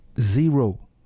zero